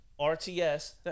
RTS